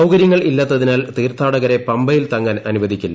സൌകര്യങ്ങൾ ഇല്ലാത്തതിനാൽ തീർത്ഥാടകരെ പമ്പയിൽ തങ്ങാൻ അനുവദിക്കില്ല